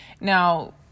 Now